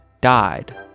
died